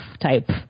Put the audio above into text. type